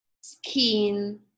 skin